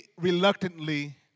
reluctantly